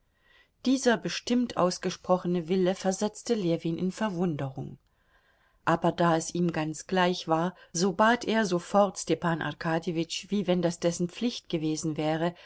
dieser bestimmt ausgesprochene wille versetzte ljewin in verwunderung aber da es ihm ganz gleich war so bat er sofort stepan arkadjewitsch wie wenn das dessen pflicht gewesen wäre